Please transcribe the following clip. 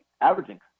averaging